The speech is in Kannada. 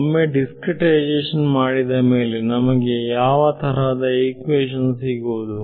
ಒಮ್ಮೆ ದಿಸ್ಕ್ರೇಟೈಸೇಶನ್ ಮಾಡಿದ ಮೇಲೆ ನಮಗೆ ಯಾವ ತರಹದ ಇಕ್ವೇಶನ್ ಸಿಗುವುದು